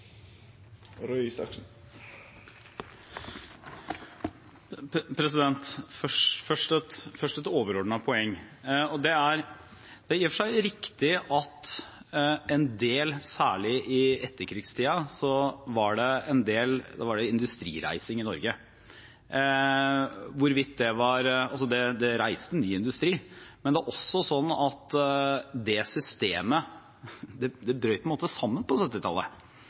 Først et overordnet poeng: Det er i og for seg riktig at særlig i etterkrigstiden var det en del industrireising i Norge. Det ble reist ny industri, men det var også sånn at det systemet på en måte brøt sammen på 1970-tallet. Hvorfor gjorde det det? Jo, det brøt sammen